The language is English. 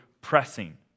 pressing